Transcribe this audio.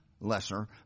lesser